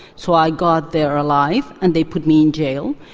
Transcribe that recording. so i got there alive and they put me in jail,